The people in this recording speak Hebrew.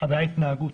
הבעיה היא ההתנהגות.